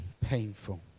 painful